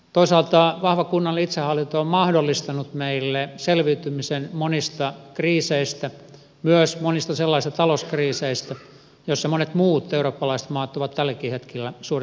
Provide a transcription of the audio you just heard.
toisaalta vahva kunnallinen itsehallinto on mahdollistanut meille selviytymisen monista kriiseistä myös monista sellaisista talouskriiseistä joissa monet muut eurooppalaiset maat ovat tälläkin hetkellä suurissa vaikeuksissa